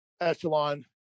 echelon